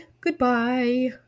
Goodbye